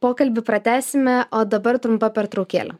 pokalbį pratęsime o dabar trumpa pertraukėlė